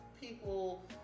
people